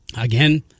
Again